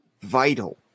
Vital